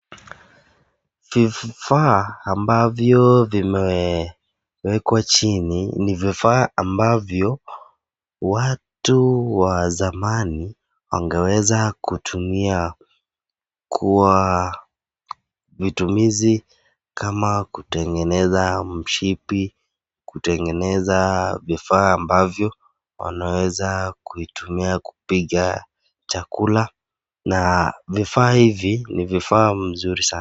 Vifaa ambavyo vimewekwa chini ni vifaa ambavyo watu wa zamani wangeweza kutumia kwa matumizi kama kutengeneza mshipi kutengeza vifaa ambavyo wanaweza kupika chakula na vifaa hivi ni vifaa mzuri sana.